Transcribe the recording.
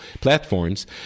platforms